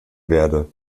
werde